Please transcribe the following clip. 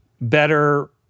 better